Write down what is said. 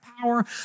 power